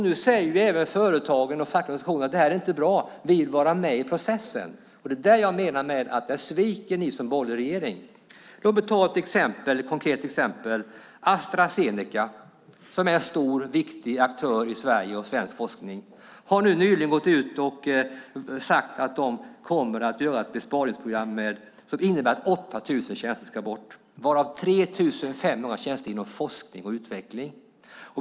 Nu säger även de och de fackliga organisationerna: Det här är inte bra. Vi vill vara med i processen! Det är där jag menar att ni sviker som borgerlig regering. Låt mig ta ett konkret exempel. Astra Zeneca, som är en stor och viktig aktör i Sverige och inom svensk forskning, har nyligen gått ut och sagt att de kommer att göra ett besparingsprogram som innebär att 8 000 tjänster ska bort, varav 3 500 tjänster inom forskning och utveckling.